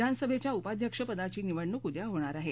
विधानसभेच्या उपाध्यक्षपदाची निवडणुक उद्या होणार आहे